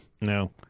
No